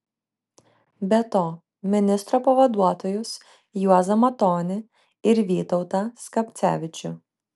be to ministro pavaduotojus juozą matonį ir vytautą skapcevičių